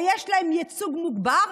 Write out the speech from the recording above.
ויש להם ייצוג מוגבר,